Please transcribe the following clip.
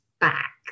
back